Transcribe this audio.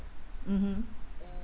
mmhmm